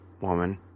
woman